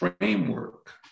framework